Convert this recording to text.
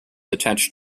attached